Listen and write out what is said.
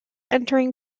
entering